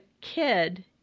kid